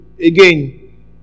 Again